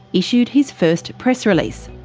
issued his first press release.